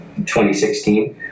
2016